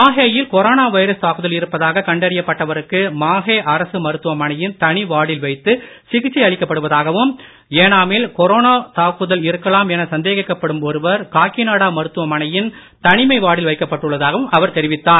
மாஹேயில் corona virus தாக்குதல் இருப்பதாக கண்டறியப் பட்டவருக்கு மாஹே அரசு மருத்துவமனையின் தனி வார்டில் வைத்து சிகிச்சை அளிக்கப்படுவதாகவும் ஏனாமில் கொரோனா தாக்குதல் இருக்கலாம் என சந்தேகிக்கப்படும் ஒருவர் காக்கிநாடா மருத்துவமனையின் தனிமை வார்டில் வைக்கப்பட்டுள்ளதாகவும் அவர் தெரிவித்தார்